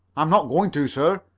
i'm not going to, sir,